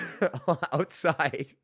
outside